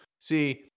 see